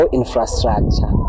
infrastructure